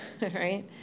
right